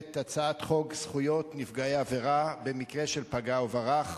הצעת חוק זכויות נפגעי עבירה במקרה של פגע וברח,